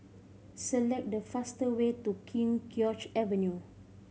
select the fastest way to King George Avenue